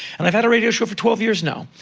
and i've had a radio show for twelve years now.